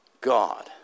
God